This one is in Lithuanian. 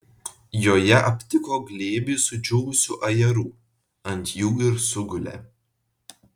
joje aptiko glėbį sudžiūvusių ajerų ant jų ir sugulė